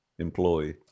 employee